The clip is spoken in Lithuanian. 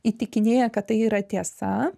įtikinėja kad tai yra tiesa